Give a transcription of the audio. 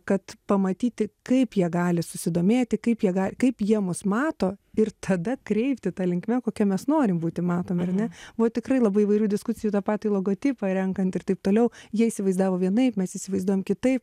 kad pamatyti kaip jie gali susidomėti kaip jie ga kaip jie mus mato ir tada kreipti ta linkme kokia mes norim būti matomi ar ne buvo tikrai labai įvairių diskusijų tą patį logotipą renkant ir taip toliau jie įsivaizdavo vienaip mes įsivaizduojam kitaip